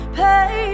pay